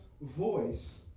voice